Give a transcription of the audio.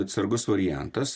atsargus variantas